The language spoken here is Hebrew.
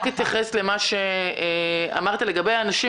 אתייחס אל מה שאמרת לגבי כוח האדם,